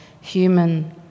human